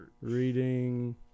reading